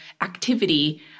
activity